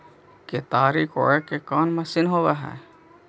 केताड़ी कोड़े के कोन मशीन होब हइ?